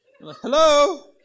Hello